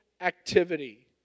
activity